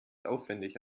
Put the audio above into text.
aufwendig